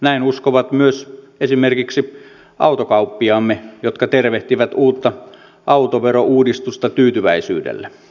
näin uskovat myös esimerkiksi autokauppiaamme jotka tervehtivät uutta autoverouudistusta tyytyväisyydellä